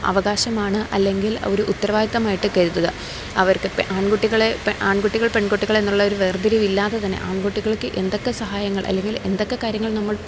അവകാശമാണ് അല്ലെങ്കിൽ ഒരു ഉത്തരവാദിത്തമായിട്ട് കരുതുക അവർക്ക് ആൺകുട്ടികളെ ആൺകുട്ടികൾ പെൺകുട്ടികളെന്നുള്ളൊരു വേർതിരിവില്ലാതെ തന്നെ ആൺകുട്ടികൾക്ക് എന്തൊക്കെ സഹായങ്ങൾ അല്ലെങ്കിൽ എന്തൊക്കെ കാര്യങ്ങൾ നമ്മൾ